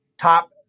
Top